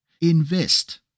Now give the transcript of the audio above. Invest